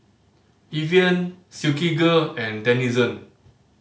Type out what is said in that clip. Evian Silkygirl and Denizen